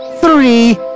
three